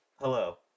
hello